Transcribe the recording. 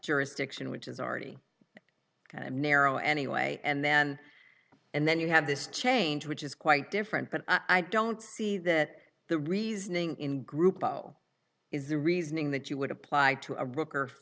jurisdiction which is already and narrow anyway and then and then you have this change which is quite different but i don't see that the reasoning in grupo is the reasoning that you would apply to a book